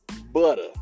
butter